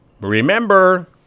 Remember